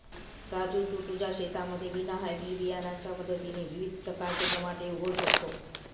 राजू तू तुझ्या शेतामध्ये विना हायब्रीड बियाणांच्या मदतीने विविध प्रकारचे टमाटे उगवू शकतो